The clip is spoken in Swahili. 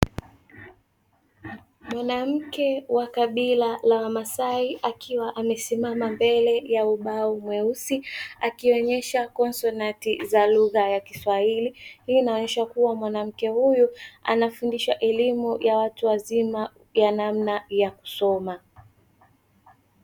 Mwanamke wa kabila la wamasai akiwa amesimama mbele ya ubao mweusi akionyesha konsonati za lugha ya kiswahili, hii inaonyesha kuwa mwanamke huyu anafundishwa elimu ya watu wazima ya namna ya kusoma.